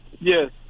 Yes